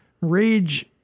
rage